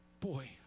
boy